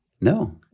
No